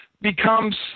becomes